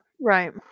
Right